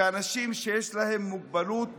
שאנשים שיש להם מוגבלות,